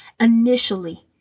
initially